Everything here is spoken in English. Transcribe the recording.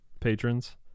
Patrons